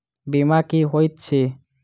बीमा की होइत छी?